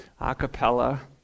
Acapella